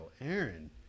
Aaron